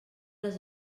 les